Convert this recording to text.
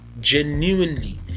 Genuinely